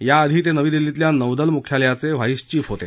याआधी ते नवी दिल्लीतल्या नौदल मुख्यालयाचे व्हाईस चीफ होते